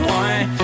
one